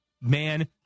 man